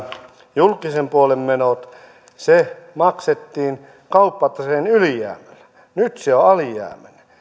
julkisen puolen menot ne maksettiin kauppataseen ylijäämällä nyt se on alijäämäinen